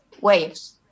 waves